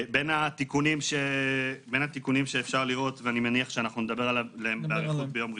בין התיקונים שאפשר לראות ואני מניח שנדבר עליהם באריכות גם ביום ראשון,